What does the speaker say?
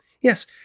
Yes